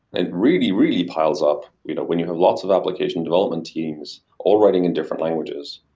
it really, really piles up when you have lots of application development teams all writing in different languages,